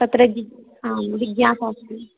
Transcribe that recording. तत्र जि आं जिज्ञासा अस्ति